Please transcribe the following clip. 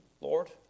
Lord